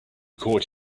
caught